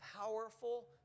powerful